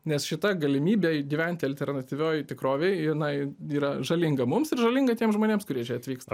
nes šita galimybė gyventi alternatyvioj tikrovėj jinai yra žalinga mums ir žalinga tiems žmonėms kurie čia atvyksta